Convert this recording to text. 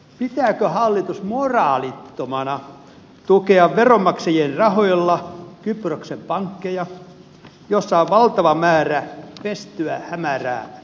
pitääkö hallitus moraalittomana kyproksen pankkien tukemista veronmaksajien rahoilla kun niissä on valtava määrä pestyä hämärää rahaa